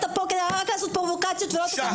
יש פה אורח וכך הוא מדבר